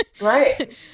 Right